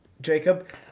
Jacob